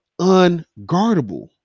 unguardable